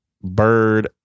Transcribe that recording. bird